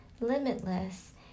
limitless